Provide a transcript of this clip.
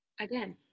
Again